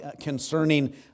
concerning